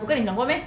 我有跟你讲过 meh